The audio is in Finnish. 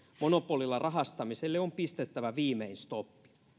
monopolilla rahastamiselle on pistettävä viimein stoppi